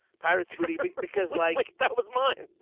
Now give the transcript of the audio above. pirates booty because like that was mine.